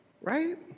right